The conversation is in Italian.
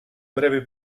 breve